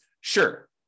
Sure